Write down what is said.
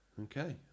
Okay